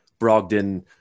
Brogdon